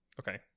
okay